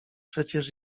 przecież